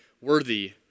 worthy